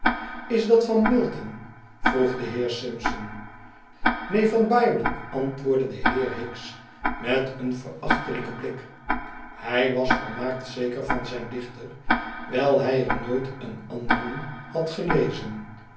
is dat van milton vroeg de heer simpson neen van byron antwoordde de heer hicks met een verachtelijken blik hij was volmaakt zeker van zijn dichter wijl hy er nooit een anderen had gelezen